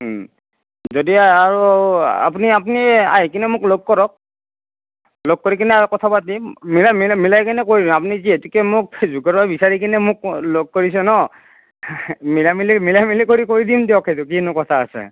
যদিহে আৰু আপুনি আপুনি আহি কিনে মোক লগ কৰক লগ কৰি কিনে কথা পাতিম মি মিলাই কিনি কৰি আপুনি যিহেতুকে মোক ফেচবুকৰ পৰা বিচাৰি কিনে মোক লগ কৰিছে ন মিলাই মেলি মিলাই মেলি কৰি কৰি দিম দিয়ক সেইটো কিনো কথা আছে